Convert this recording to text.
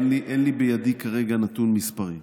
אין בידי כרגע נתון מספרי,